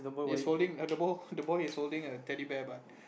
is holding err the boy the boy is holding a Teddy Bear but